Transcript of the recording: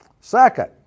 Second